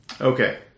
Okay